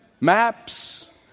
maps